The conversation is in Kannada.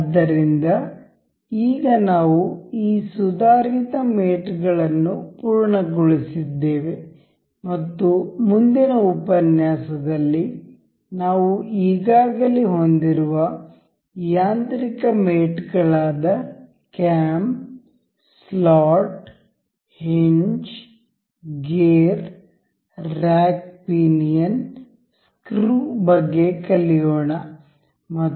ಆದ್ದರಿಂದ ಈಗ ನಾವು ಈ ಸುಧಾರಿತ ಮೇಟ್ಗಳನ್ನು ಪೂರ್ಣಗೊಳಿಸಿದ್ದೇವೆ ಮತ್ತು ಮುಂದಿನ ಉಪನ್ಯಾಸದಲ್ಲಿ ನಾವು ಈಗಾಗಲೇ ಹೊಂದಿರುವ ಯಾಂತ್ರಿಕ ಮೇಟ್ ಗಳಾದ cam slot hinge gear rack pinion screw ಬಗ್ಗೆ ಕಲಿಯೋಣ ಮತ್ತು